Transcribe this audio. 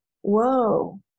Whoa